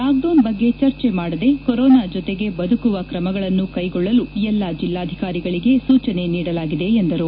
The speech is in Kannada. ಲಾಕ್ಡೌನ್ ಬಗ್ಗೆ ಚರ್ಚೆ ಮಾಡದೆ ಕೊರೊನಾ ಜೊತೆಗೆ ಬದುಕುವ ಕ್ರಮಗಳನ್ನು ಕೈಗೊಳ್ಳಲು ಎಲ್ಲಾ ಜಿಲ್ಲಾಧಿಕಾರಿಗಳಿಗೆ ಸೂಚನೆ ನೀಡಲಾಗಿದೆ ಎಂದರು